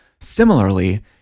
Similarly